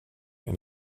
and